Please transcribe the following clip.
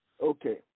Okay